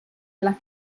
alla